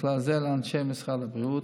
ובכלל זה לאנשי משרד הבריאות,